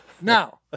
Now